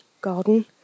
garden